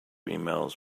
emails